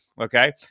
okay